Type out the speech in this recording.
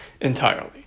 entirely